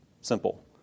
Simple